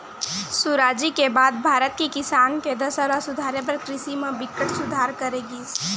सुराजी के बाद भारत के किसान के दसा ल सुधारे बर कृषि म बिकट सुधार करे गिस